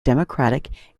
democratic